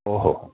ओहो